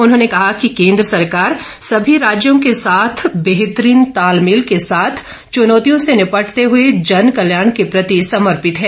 उन्होंने कहा कि केन्द्र सरकार सभी राज्यों के साथ बेहतरीन तालमेल के साथ चुनौतियों से निपटते हुए जन कल्याण के प्रति समर्पित है